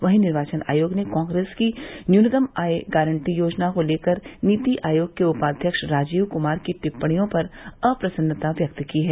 वहीं निर्वाचन आयोग ने कांग्रेस की न्यूनतम आय गारन्दी योजना को लेकर नीति आयोग के उपाध्यक्ष राजीव कुमार की टिप्पणियों पर अप्रसन्नता व्यक्त की है